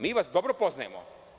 Mi vas dobro poznajemo.